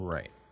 Right